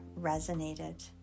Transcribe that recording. resonated